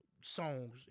songs